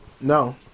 no